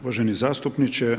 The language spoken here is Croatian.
Uvaženi zastupniče.